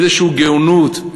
איזושהי גאונות,